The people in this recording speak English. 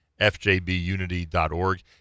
fjbunity.org